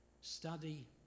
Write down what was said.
study